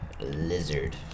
Lizard